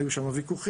היו שם ויכוחים,